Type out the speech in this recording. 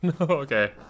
okay